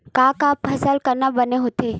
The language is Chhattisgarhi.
का का फसल करना बने होथे?